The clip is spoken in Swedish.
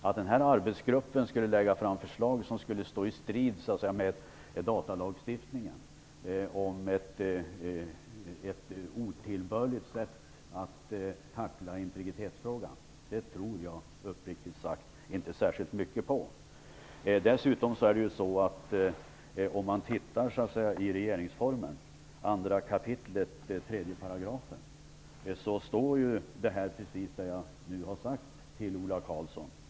Att arbetsgruppen skulle lägga fram förslag som skulle stå i strid med datalagstiftningen när det gäller detta med ett otillbörligt sätt att tackla integritetsfrågan tror jag, uppriktigt sagt, inte särskilt mycket på. I 2 kap. 3 § i regeringsformen står just det som jag nyss har sagt till Ola Karlsson.